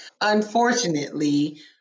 Unfortunately